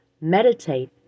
meditate